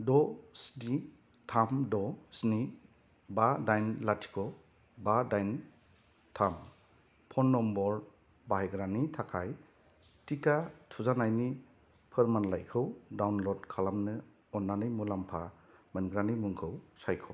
द स्नि थाम द स्नि बा दाइन लाथिख' बा दाइन थाम फन नम्बर बाहायग्रानि थाखाय टिका थुजानायनि फोरमानलाइखौ डाउनल'ड खालामनो अननानै मुलाम्फा मोनग्रानि मुंखौ सायख'